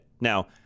Now